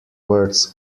words